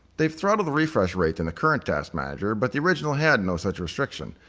they've throttled the refresh rate in the current task manager but the original had no such restriction.